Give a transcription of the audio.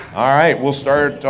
all right, we'll start,